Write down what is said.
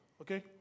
Okay